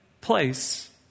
place